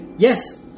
Yes